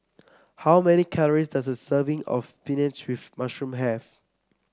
how many calories does a serving of spinach with mushroom have